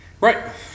Right